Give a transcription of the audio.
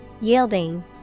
Yielding